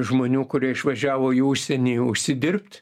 žmonių kurie išvažiavo į užsienį užsidirbt